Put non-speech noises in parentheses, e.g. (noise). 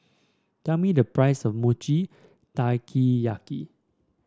tell me the price of mochi (unintelligible)